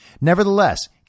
Nevertheless